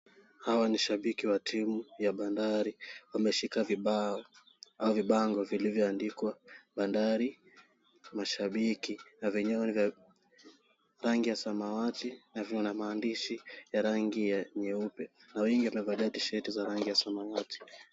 Hawa ni shabiki wa timu ya Bandari wameshika vibao au vibango vilivyoandikwa Bandari mashabiki na vyenyewe ni vya rangi ya samawati na vina maandishi ya rangi ya nyeupe na wengi wamevalia tishati za rangi ya samawati.